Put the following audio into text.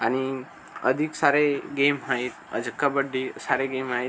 आणि अधिक सारे गेम आहेत असे कबड्डी सारे गेम आहेत